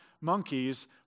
monkeys